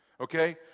okay